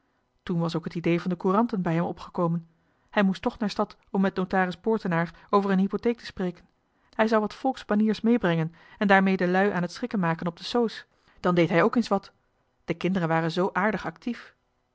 toen was ook het idee van de couranten bij hem opgekomen hij moest toch naar stad om met notaris poortenaar over een hypotheek te spreken hij zou wat volksbaniers meebrengen en daarmee de lui aan het schrikken maken op de soos dan deed hij ook eens wat de kinderen waren zoo aardig actief